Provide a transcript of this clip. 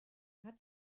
hat